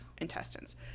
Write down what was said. intestines